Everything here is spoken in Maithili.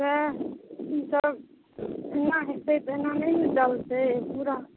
सएह ई सब एना हेतै तऽ एना नेने चलतै पूरा